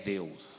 Deus